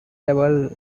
able